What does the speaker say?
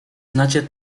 znacie